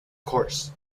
course